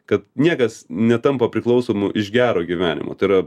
kad niekas netampa priklausomu iš gero gyvenimo tai yra